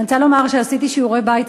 אני רוצה לומר שעשיתי שיעורי בית,